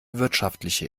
wirtschaftliche